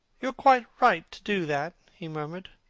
you are quite right to do that, he murmured.